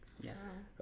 yes